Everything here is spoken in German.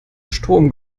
strom